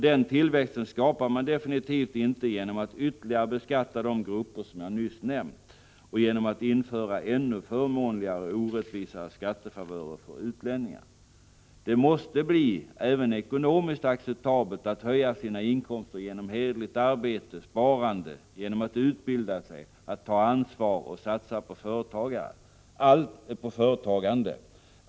Den tillväxten skapar man absolut inte genom att ytterligare beskatta de grupper som jag nyss nämnde och genom att införa ännu förmånligare orättvisa skattefavörer för utlänningar. Det måste bli ekonomiskt acceptabelt att höja sina inkomster genom hederligt arbete och sparande, genom att utbilda sig och ta ansvar för att satsa på företagande.